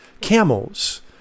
camels